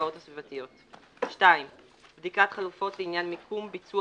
ההשפעות הסביבתיות); (2)בדיקת חלופות לעניין מיקום ביצוע